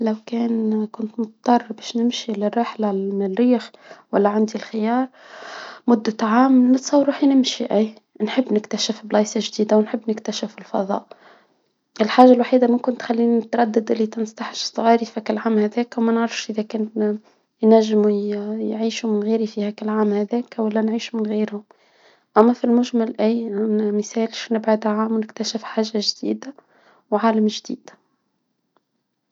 لو كان كنت مضطرة باش نمشي للرحلة من المريخ ولا عندي الخيار مدة عام ونصا وروحي نمشي ايه نحب نكتشف بلايص جديدة ونحب نكتشف الفضاء الحاجة الوحيدة ممكن تخلينا نتردد إللي تنفتح الشباير بشكل عام هذاك وما نعرفش إذا كنت ينجموا من غيري في هاكا العام هذاكا ولا نعيش من غيرو، اما في المجمل ايلا نبعدها ونكتشف حاجة جديدة، وعالم جديد.